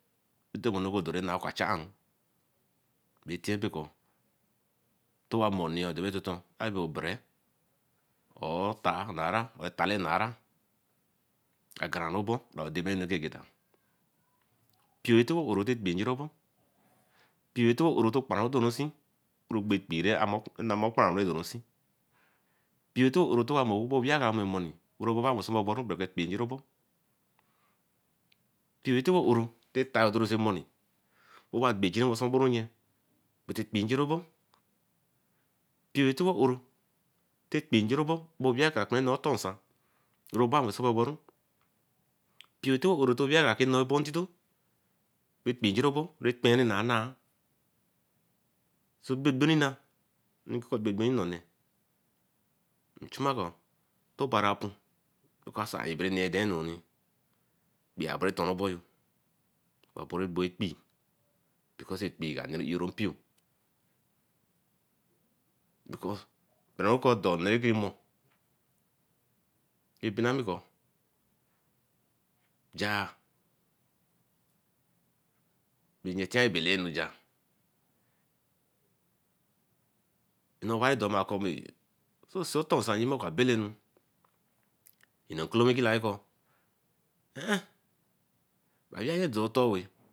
Intito dor re nah oka cha aru be tien pe kor to wa enu etataton abo bere or tar naira or tale naira okarolobo beh debenu keranu egeta. Mpio tiwo oro te ekpee ingiaobor, Mpio tiwo oro te ekpee ingia obor, mpio tiwo oro te okparan wo dorin see. Mpioyo tiwo oro te oka mor okuba aweeh kara mormoni bra baba wensesobor beke ekpee njorobo mpioyo tebo oro teatayo dori sey moni owa gbegin okporonye but ekpee njemobo, mpioyo tebo oro te ekpee njemobo wey weeh tor enu oton nsan obaba werensoboneru. Mpioyo te bo oro teh aweeh reh gbo obo tinto re ekpee njeboro reh kpen anu kara nah soe binbirinya rinkobingi onee. Nchuma kor obari apon oka sai enu eh deo noni, ekpee abera toron oboyo oporu gbea ekpee because ekpee ka neru oro mpio because gbaranwo bo dolo oneē rakin mor abinami kor jah bein beh kor belenu jar. so seen oton nsan okar belenu nnekolonwi kin labi kor eh ehn do soe tor eh.